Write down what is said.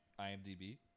IMDb